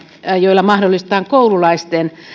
joilla mahdollistetaan koululaisten